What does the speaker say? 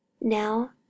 Now